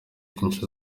byinshi